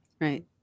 right